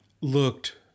Looked